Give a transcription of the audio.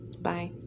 Bye